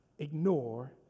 ignore